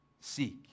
seek